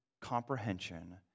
comprehension